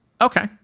Okay